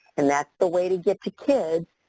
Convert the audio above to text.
and that's the way to get to kids,